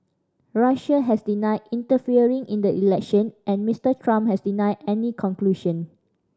Russia has denied interfering in the election and Mister Trump has denied any conclusion